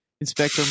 inspector